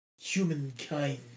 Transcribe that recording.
humankind